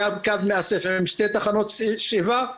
היה קו מאסף עם שתי תחנות שאיבה.